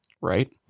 Right